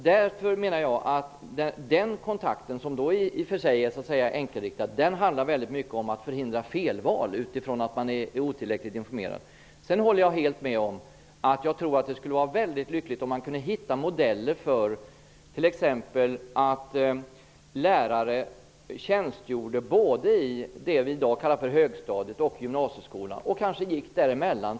Den kontakt jag talar om, som då i och för sig är enkelriktad, handlar väldigt mycket om att förhindra felval, som kan ske utifrån att man är otillräckligt informerad. Också jag tror att det skulle vara väldigt lyckligt om man kunde hitta modeller som innebär att lärare kan tjänstgöra både i det vi i dag kallar högstadiet och i gymnasiskolan och kanske kan gå däremellan.